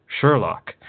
sherlock